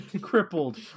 crippled